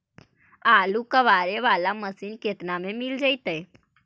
आलू कबाड़े बाला मशीन केतना में मिल जइतै?